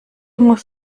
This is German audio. muss